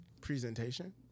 presentation